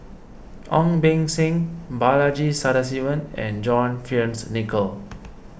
Ong Beng Seng Balaji Sadasivan and John Fearns Nicoll